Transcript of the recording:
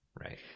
Right